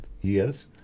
years